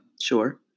sure